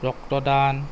ৰক্তদান